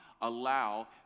allow